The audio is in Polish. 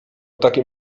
takim